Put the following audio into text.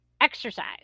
exercise